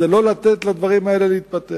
הוא לא לתת לדברים להתפתח.